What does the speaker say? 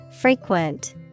Frequent